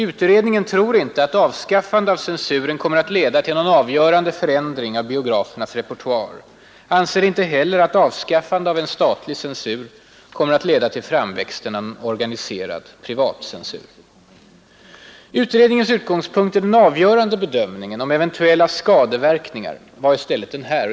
Utredningen tror inte att avskaffande av censuren kommer att leda till någon avgörande förändring av biografernas repertoar och anser inte heller att avskaffande av en statlig censur kommer att leda till framväxten av en organiserad privat censur. Utredningens utgångspunkt i den avgörande bedömningen om eventuella skadeverkningar var i stället den här.